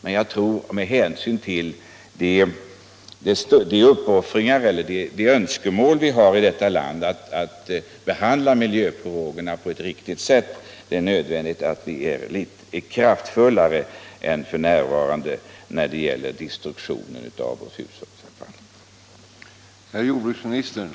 Jag tror att det med hänsyn till de önskemål som vi har att behandla miljöfrågorna på ett riktigt sätt är nödvändigt att vi kraftfullare än f.n. söker nya vägar för destruktionen av vårt hushållsavfall.